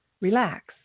relax